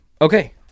Okay